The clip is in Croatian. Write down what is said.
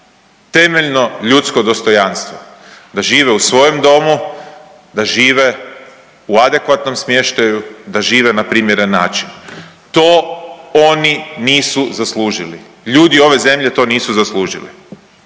temeljno ljudsko dostojanstvo da žive u svojem domu, da žive u adekvatnom smještaju, da žive na primjeren način to oni nisu zaslužili, ljudi ove zemlje to nisu zaslužili.